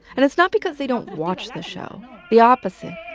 and it's not because they don't watch the show the opposite.